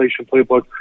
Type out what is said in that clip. playbook